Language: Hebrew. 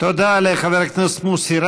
אני קופץ על הרבה דברים בנושא הזה,